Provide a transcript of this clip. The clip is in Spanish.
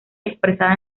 expresada